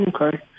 Okay